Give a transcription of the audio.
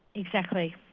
exactly.